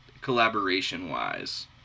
collaboration-wise